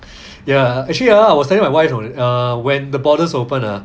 ya actually ah I was telling my wife you know err when the borders open lah